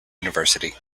university